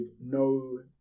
no